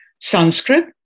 Sanskrit